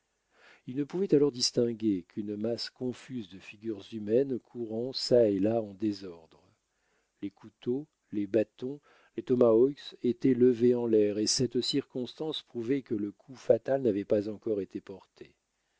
il ne pouvait alors distinguer qu'une masse confuse de figures humaines courant çà et là en désordre les couteaux les bâtons les tomahawks étaient levés en l'air et cette circonstance prouvait que le coup fatal n'avait pas encore été porté